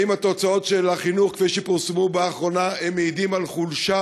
האם תוצאות החינוך כפי שפורסמו באחרונה מעידות על חולשה